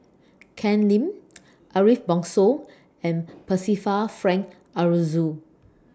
Ken Lim Ariff Bongso and Percival Frank Aroozoo